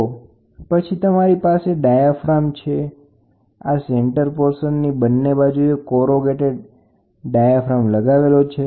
તો પછી તમારી પાસે ડાયાફ્રામ છે આ કેન્દ્રીય ભાગ છે અને બંને બાજુએ કોરુગેટેડ ડાયાફાર્મ લગાવેલો છે